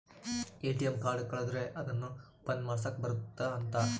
ATM card ಕಳುದ್ರೆ ಅದುನ್ನ ಬಂದ್ ಮಾಡ್ಸಕ್ ಬರುತ್ತ ಅಂತ